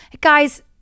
Guys